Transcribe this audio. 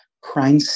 crime